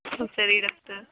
ಸರಿ ಡಾಕ್ಟರ್